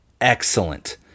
excellent